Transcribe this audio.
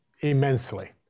immensely